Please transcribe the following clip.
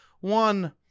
one